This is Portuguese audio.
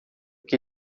que